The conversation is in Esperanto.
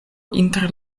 inter